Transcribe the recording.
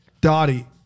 Dottie